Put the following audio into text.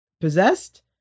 possessed